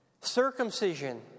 Circumcision